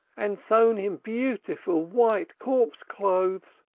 and sewn him beautiful white corpse-clothes.